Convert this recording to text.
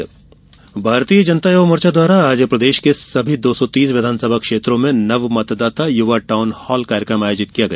town hall Bharatiya Janata Yuva Morcha द्वारा आज प्रदेश के सभी दो सौ तीस विधानसभा क्षेत्रों में नव मतदाता युवा टाउन हाल कार्यक्रम आयोजित किया गया